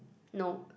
no